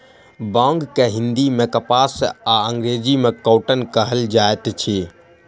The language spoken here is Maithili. बांग के हिंदी मे कपास आ अंग्रेजी मे कौटन कहल जाइत अछि